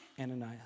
Ananias